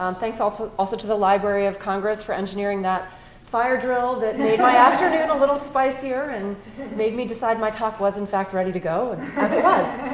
um thanks also also to the library of congress for engineering that fire drill that made my afternoon a little spicier and made me decide my talk was in fact ready to go as it was.